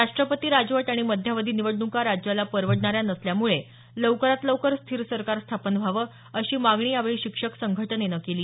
राष्ट्रपती राजवट आणि मध्यावधी निवडण्का राज्याला परवडणाऱ्या नसल्यामुळे लवकरात लवकर स्थिर सरकार स्थापन व्हावं अशी मागणी यावेळी शिक्षक संघटनेनं केली